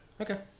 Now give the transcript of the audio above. Okay